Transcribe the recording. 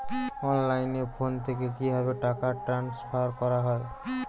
অনলাইনে ফোন থেকে কিভাবে টাকা ট্রান্সফার করা হয়?